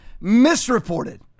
misreported